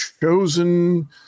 chosen